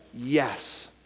Yes